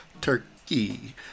turkey